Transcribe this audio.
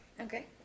Okay